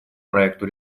проекту